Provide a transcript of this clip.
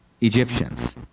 Egyptians